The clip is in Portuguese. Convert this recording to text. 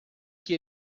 que